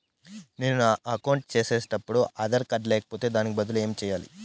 నేను నా అకౌంట్ సేసేటప్పుడు ఆధార్ కార్డు లేకపోతే దానికి బదులు ఏమి సెయ్యాలి?